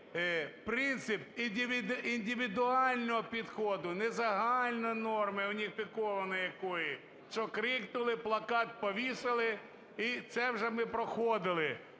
принцип індивідуального підходу, не загальної норми уніфікованої якоїсь, що крикнули, плакат повісили. І це вже ми проходили